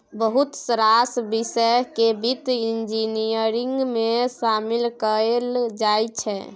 बहुत रास बिषय केँ बित्त इंजीनियरिंग मे शामिल कएल जाइ छै